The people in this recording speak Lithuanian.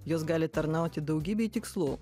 jos gali tarnauti daugybei tikslų